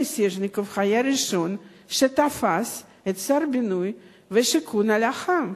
השר מיסז'ניקוב היה הראשון שתפס את שר הבינוי והשיכון על חם,